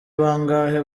bangahe